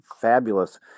fabulous